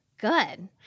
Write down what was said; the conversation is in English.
good